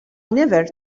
never